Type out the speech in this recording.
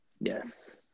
Yes